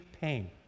pain